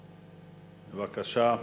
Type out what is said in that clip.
בבקשה.